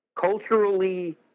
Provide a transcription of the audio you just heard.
culturally